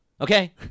okay